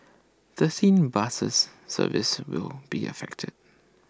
thirteen buses services will be affected